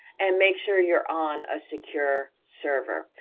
and make sure you're on a secure server.